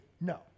No